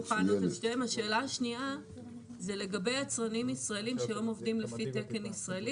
השאלה השנייה זה לגבי יצרנים ישראליים שהיום עובדים לפי תקן ישראלי